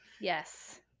Yes